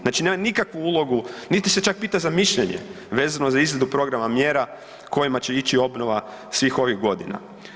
Znači nema nikakvu ulogu, niti se čak pita za mišljenje vezano za izradu programa mjera kojima će ići obnova svih ovih godina.